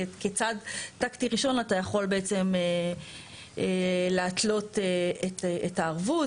כצעד טקטי ראשון אתה יכול בעצם להתלות את הערבות